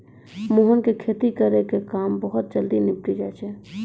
मोहन के खेती के काम बहुत जल्दी निपटी जाय छै